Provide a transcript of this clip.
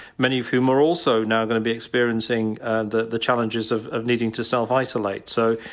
many of whom are also now going to be experiencing the the challenges of of needing to self-isolate. so,